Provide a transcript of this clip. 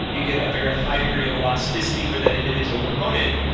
you get a very high degree of elasticity for that individual component.